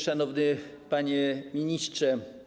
Szanowny Panie Ministrze!